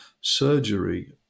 surgery